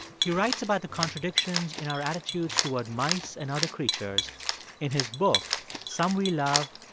he writes about the contradictions in our attitudes toward mice and other creatures in his book some we love,